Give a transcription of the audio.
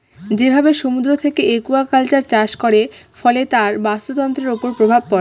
যেভাবে সমুদ্র থেকে একুয়াকালচার চাষ করে, ফলে তার বাস্তুতন্ত্রের উপর প্রভাব পড়ে